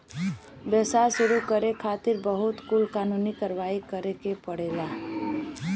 व्यवसाय शुरू करे खातिर बहुत कुल कानूनी कारवाही करे के पड़ेला